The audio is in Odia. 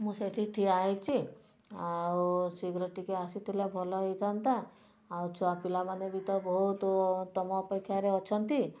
ମୁଁ ସେଇଠି ଠିଆ ହୋଇଛି ଆଉ ଶୀଘ୍ର ଟିକେ ଆସିଥିଲେ ଭଲ ହୋଇଥାନ୍ତା ଆଉ ଛୁଆ ପିଲାମାନେ ତ ବହୁତ ତମ ଅପେକ୍ଷାରେ ଅଛନ୍ତି